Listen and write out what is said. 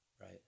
Right